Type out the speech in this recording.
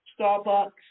Starbucks